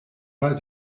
pas